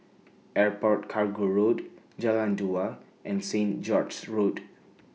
Airport Cargo Road Jalan Dua and Saint George's Road